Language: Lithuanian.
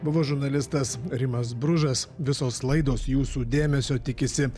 buvo žurnalistas rimas bružas visos laidos jūsų dėmesio tikisi